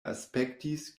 aspektis